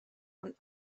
und